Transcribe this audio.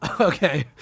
Okay